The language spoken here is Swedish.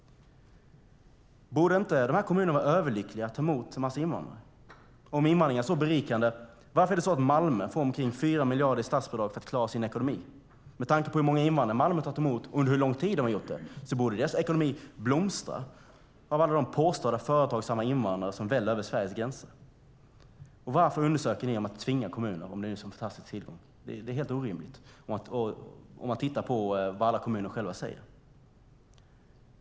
Borde inte de här kommunerna vara överlyckliga över att ta emot en massa invandrare? Om invandring är så berikande, varför får Malmö omkring 4 miljarder i statsbidrag för att klara sin ekonomi? Med tanke på hur många invandrare Malmö har tagit emot och under hur lång tid de har gjort det borde deras ekonomi blomstra av alla de påstått företagsamma invandrare som väller in över Sveriges gränser. Varför undersöker ni om man kan tvinga kommunerna om invandringen är en sådan fantastisk tillgång? Det är helt orimligt om man tittar på vad kommunerna själva säger.